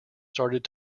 started